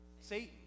Satan